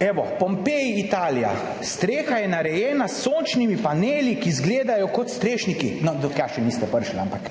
Evo, Pompeji, Italija. / pokaže zboru/ Streha je narejena s sončnimi paneli, ki izgledajo kot strešniki. No, do tja še niste prišli, ampak